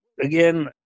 again